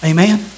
Amen